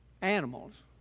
Animals